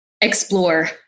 explore